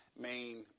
main